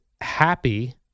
happy